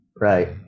right